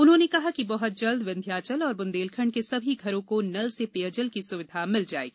उन्होंने कहा कि बहत जल्द विंध्याचल और बुंदेलखंड के सभी घरों को नल से पेयजल की सुविधा मिल जाएगी